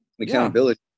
Accountability